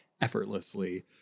effortlessly